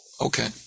Okay